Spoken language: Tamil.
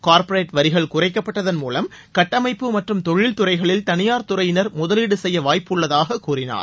கார்பரேட் வரிகள் குறைக்கப்பட்டதன் மூலம் கட்டமைப்பு மற்றம் தொழில் துறைகளில் தனியார் துறையினர் முதலீடு செய்ய வாய்ப்புள்ளதாக கூறினார்